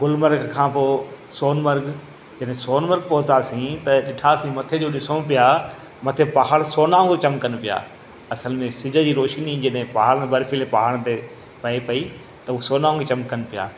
गुलमर्ग खां पोइ सोनमर्ग हिन सोनमर्ग पहुतासीं त ॾिठासीं मथे जो ॾिसूं पिया मथे पहाड़ सोना हूं चमकनि पिया असल में सिजु जी रोशनी जॾहिं पहाड़ बर्फ़ीले पहाड़नि ते पए पई त हूं सोन वांगुरु चमकनि पिया